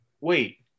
Wait